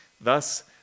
Thus